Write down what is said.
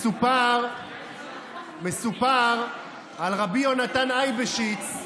מסופר על רבי יהונתן אייבשיץ,